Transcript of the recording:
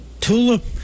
tulip